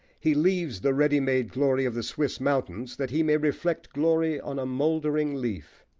he leaves the ready-made glory of the swiss mountains that he may reflect glory on a mouldering leaf.